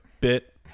bit